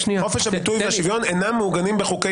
חופש הביטוי והשוויון אינם מעוגנים בחוקי